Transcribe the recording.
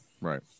Right